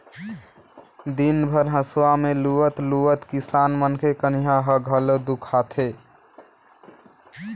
दिन भर हंसुआ में लुवत लुवत किसान मन के कनिहा ह घलो दुखा थे